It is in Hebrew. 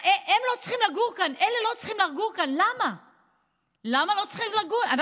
הם לא צריכים לגור כאן, אלה לא צריכים לגור כאן.